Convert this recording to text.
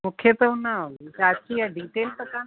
मूंखे त हुन चाचीअ डिटेल त कोन्ह